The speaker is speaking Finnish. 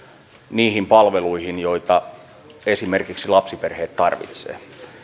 niihin palveluihin joita esimerkiksi lapsiperheet tarvitsevat